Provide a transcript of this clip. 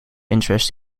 interests